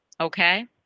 Okay